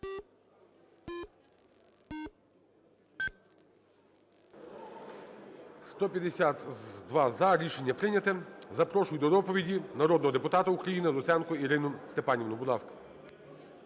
За-152 Рішення прийняте. Запрошую до доповіді народного депутата України Луценко Ірину Степанівну.